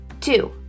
Two